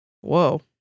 Whoa